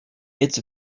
its